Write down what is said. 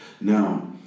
Now